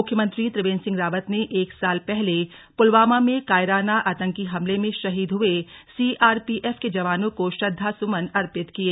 मुख्यमंत्री त्रिवेंद्र सिंह रावत ने एक साल पहले पुलवामा में कायराना आतंकी हमले में शहीद हुए सीआरपीएफ के जवानों को श्रद्वासुमन अर्पित किये